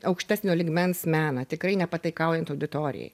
aukštesnio lygmens meną tikrai nepataikaujant auditorijai